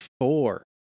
four